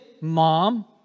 mom